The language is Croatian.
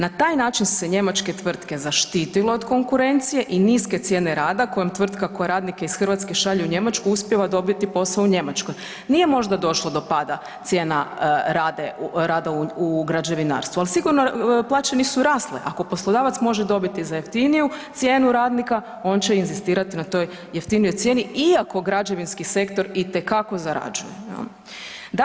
Na taj način se njemačke tvrtke zaštitilo od konkurencije i niske cijene rada kojom tvrtka koja radnike iz Hrvatske šalje u Njemačku, uspijeva dobiti posao u Njemačkoj, nije možda došlo do pada cijena rada u građevinarstvu, al' sigurno plaće nisu rasle, ako poslodavac može dobiti za jeftiniju cijenu radnika, on će inzistirati na toj jeftinijoj cijeni iako građevinski sektor itekako zarađuje, jel.